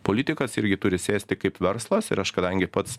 politikas irgi turi sėsti kaip verslas ir aš kadangi pats